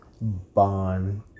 bond